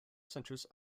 centers